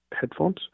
headphones